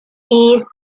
length